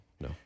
No